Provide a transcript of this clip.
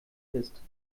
ist